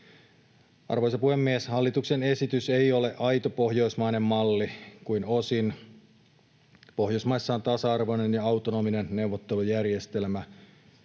Arvoisa puhemies! Hallituksen esitys ei ole aito pohjoismainen malli kuin osin. Pohjoismaissa on tasa-arvoinen ja autonominen neuvottelujärjestelmä.